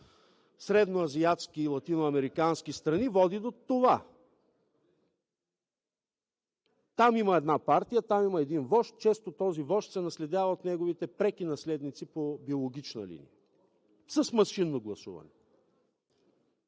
средноазиатски и латиноамерикански страни машинното гласуване води до това. Там има една партия, има един вожд, а често този вожд се наследява от неговите преки наследници по биологична линия – с машинно гласуване.